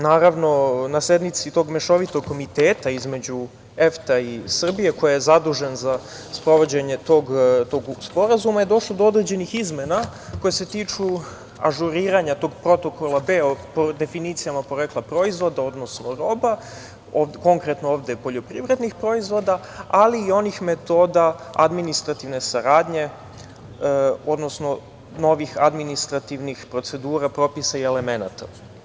Naravno, na sednici tog Mešovitog komiteta između EFTA i Srbije, koji je zadužen za sprovođenje tog sporazuma, je došla do određenih izmena koje se tiču ažuriranja tog Protokola B, o definicijama porekla proizvoda, odnosno roba, konkretno ovde poljoprivrednih proizvoda, ali i onih metoda administrativne saradnje, odnosno novih administrativnih procedura, propisa i elemenata.